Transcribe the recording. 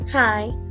Hi